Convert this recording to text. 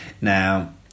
now